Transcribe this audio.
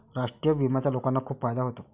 राष्ट्रीय विम्याचा लोकांना खूप फायदा होतो